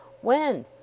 When